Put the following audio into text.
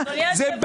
ושוטף.